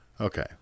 Okay